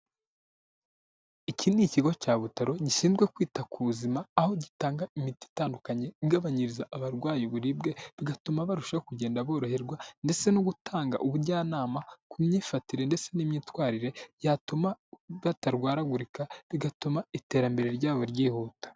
Iki ni ikigo cya butaro gishinzwe kwita ku buzima aho gitanga imiti itandukanye igabanyiriza abarwayi uburibwe bigatuma barushaho kugenda boroherwa ndetse no gutanga ubujyanama ku myifatire ndetse n'imyitwarire yatuma batarwaragurika bigatuma iterambere ryabo ryihuta.